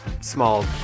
Small